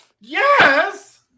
Yes